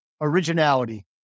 originality